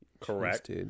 Correct